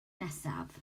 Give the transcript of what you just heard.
nesaf